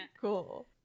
Cool